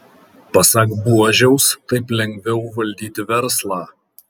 pasak buožiaus taip lengviau valdyti verslą